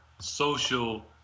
social